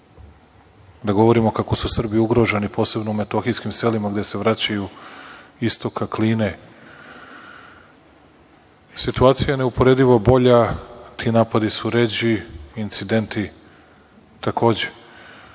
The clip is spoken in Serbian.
da govorimo kako su Srbi ugroženi posebno u metohijskim selima gde se vraćaju istoka Kline, situacija je neuporedivo bolja, ti napadi su ređi, incidenti takođe.